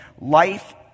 Life